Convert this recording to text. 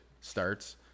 starts